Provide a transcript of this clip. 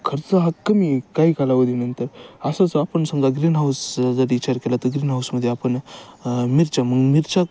खर्च हा कमी काही कालावधीनंतर असंच आपण समजा ग्रीन हाऊसचा जर विचार केला तर ग्रीन हाऊसमध्ये आपण मिरच्या मग मिरच्या